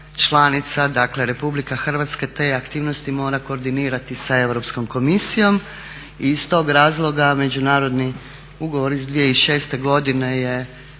članica, dakle RH te aktivnosti mora koordinirati sa Europskom komisijom. I iz tog razloga međunarodni ugovor iz 2006. godine je